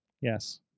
Yes